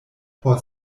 por